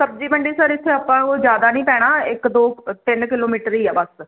ਸਬਜੀ ਮੰਡੀ ਸਰ ਇਥੇ ਆਪਾਂ ਉਹ ਜਿਆਦਾ ਨਹੀਂ ਪੈਣਾ ਇੱਕ ਦੋ ਤਿੰਨ ਕਿਲੋਮੀਟਰ ਹੀ ਆ ਬਸ